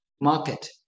market